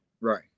Right